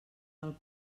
del